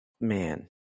Man